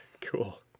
Cool